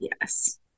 Yes